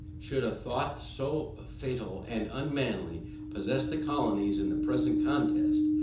should a thought so fatal and unmanly possess the colonies in the present contest,